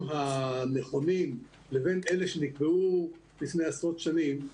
הנכונים לבין אלה שנקבעו לפני עשרות שנים,